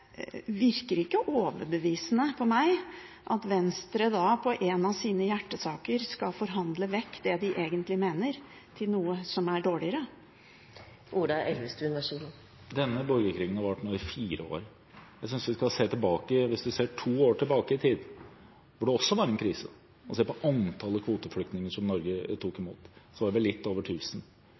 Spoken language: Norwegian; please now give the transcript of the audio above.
virker ikke overbevisende på meg at Venstre, i en av sine hjertesaker, skal forhandle vekk det de egentlig mener – til noe som er dårligere. Denne borgerkrigen har nå vart i fire år. Hvis vi ser to år tilbake i tid, da det også var en krise, og ser på antallet kvoteflyktninger som Norge tok imot, var det litt over